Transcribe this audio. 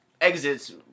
exits